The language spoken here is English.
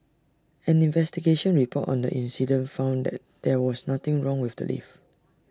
an investigation report on the incident found that there was nothing wrong with the lift